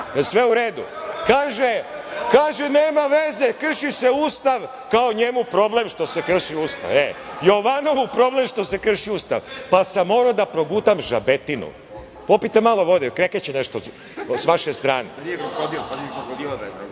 sve u redu? Kaže - nema veze krši se Ustav, kao njemu problem što se krši Ustav. Jovanovu problem što se krši Ustav, pa sam morao da progutam žabetinu. Popijte malo vode, jel krekeće nešto sa vaše strane.I